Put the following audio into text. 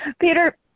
Peter